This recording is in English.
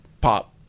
pop